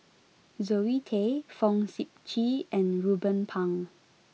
Zoe Tay Fong Sip Chee and Ruben Pang